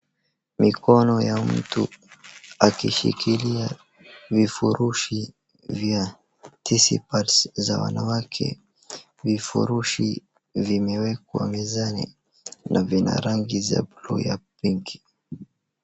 Mikono ya mtu akishikilia vifurushi vya tisi pads vya wanawake vifurushi vimewekwa mezani na vina rangi ya blue ya pinki .